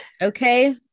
Okay